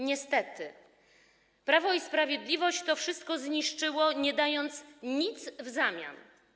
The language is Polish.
Niestety Prawo i Sprawiedliwość to wszystko zniszczyło, nie dając nic w zamian.